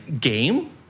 game